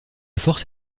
force